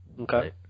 Okay